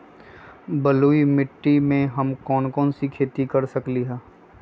बलुई मिट्टी में हम कौन कौन सी खेती कर सकते हैँ?